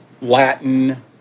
Latin